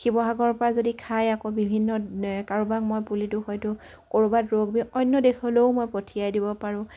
শিৱসাগৰৰ পৰা যদি খাই আকৌ বিভিন্ন কাৰোবাক মই পুলিটো হয়তো ক'ৰবাত অন্য দেশলৈও মই পঠিয়াই দিব পাৰোঁ